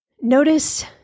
Notice